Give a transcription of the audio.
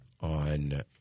on